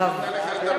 לכן היא נתנה לך לדבר.